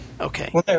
Okay